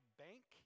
bank